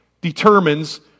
determines